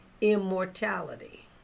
immortality